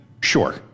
Sure